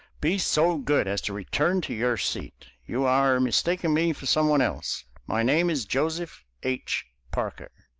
be so good as to return to your seat. you are mistaking me for some one else. my name is joseph h. parker.